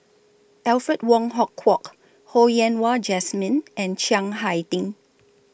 Alfred Wong Hong Kwok Ho Yen Wah Jesmine and Chiang Hai Ding